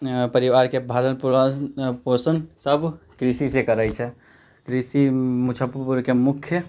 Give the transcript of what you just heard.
परिवारके भरणपोषण सब कृषि से करैत छै कृषि मुजफ्फरपुरके मुख्य